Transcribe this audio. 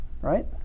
right